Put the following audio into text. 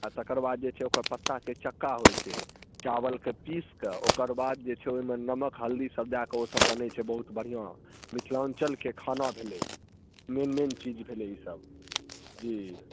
आ तकर बाद जे छै ओकर पत्ताके चक्का होयत छै चावल कऽ पीस कऽ ओकर बाद जे छै ओहिमे नमक हल्दी सब दै कऽ ओ सब बनैत छै बहुत बढ़िआँ मिथिलाञ्चलके खाना भेलै मेन मेन चीज भेलै ई सब जी